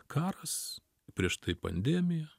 karas prieš tai pandemija